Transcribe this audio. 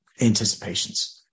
anticipations